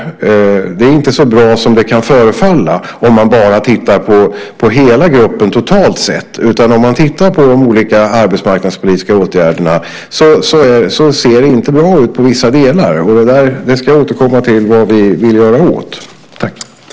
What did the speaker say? Det är inte så bra som det kan förefalla om man bara tittar på hela gruppen totalt. Om man tittar på de olika arbetsmarknadspolitiska åtgärderna finner man att det inte ser bra ut i vissa delar. Och jag ska återkomma till vad vi vill göra åt det.